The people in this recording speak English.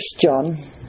John